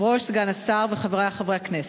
סגן השר וחברי חברי הכנסת,